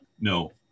no